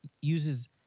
uses